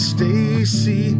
Stacy